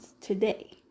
today